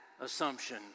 assumption